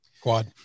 Quad